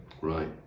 right